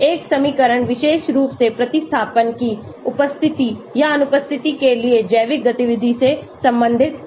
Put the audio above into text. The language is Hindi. एक समीकरण विशेष रूप से प्रतिस्थापन की उपस्थिति या अनुपस्थिति के लिए जैविक गतिविधि से संबंधित है